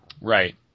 right